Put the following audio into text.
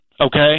Okay